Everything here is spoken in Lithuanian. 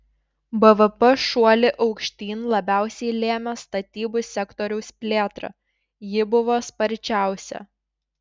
bvp šuolį aukštyn labiausiai lėmė statybų sektoriaus plėtra ji buvo sparčiausia